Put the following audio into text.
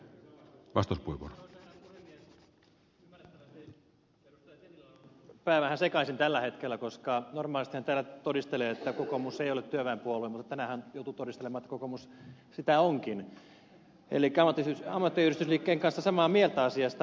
tennilällä on ollut pää vähän sekaisin tällä hetkellä koska normaalisti hän täällä todistelee että kokoomus ei ole työväenpuolue mutta tänään hän joutui todistelemaan että kokoomus sitä onkin elikkä ammattiyhdistysliikkeen kanssa samaa mieltä asiasta